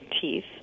teeth